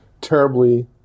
terribly